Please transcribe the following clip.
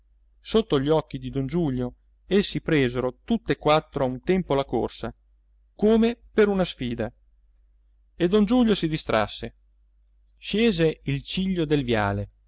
sotto gli occhi di don giulio essi presero tutt'e quattro a un tempo la corsa come per una sfida e don giulio si distrasse scese il ciglio del viale